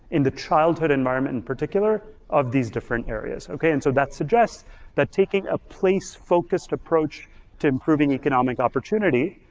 in the childhood environment in particular of these different areas, okay? and so that suggests that taking a place-focused approach to improving economic opportunity,